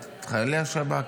את חיילי השב"כ.